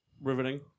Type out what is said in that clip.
Riveting